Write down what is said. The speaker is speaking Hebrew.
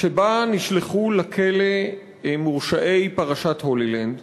שבה נשלחו לכלא מורשעי פרשת "הולילנד",